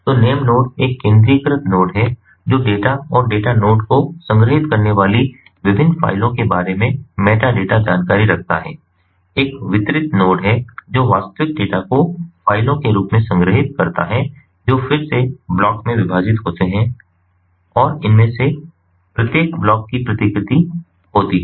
तो name node एक केंद्रीकृत नोड है जो डेटा और डेटा नोड को संग्रहीत करने वाली विभिन्न फ़ाइलों के बारे में मेटाडेटा जानकारी रखता है एक वितरित नोड है जो वास्तविक डेटा को फ़ाइलों के रूप में संग्रहीत करता है जो फिर से ब्लॉक में विभाजित होते हैं और इनमें से प्रत्येक ब्लॉक की प्रतिकृति होती है